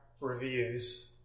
reviews